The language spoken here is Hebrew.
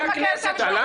כן, הלכתי לבקר את המשפחה.